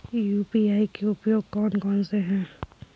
UPI के उपयोग कौन कौन से हैं?